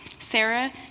Sarah